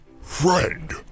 friend